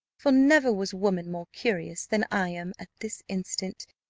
for never was woman more curious than i am, at this instant,